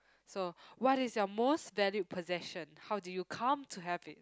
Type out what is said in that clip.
so what is your most valued possession how do you come to have it